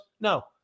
No